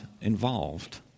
involved